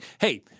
hey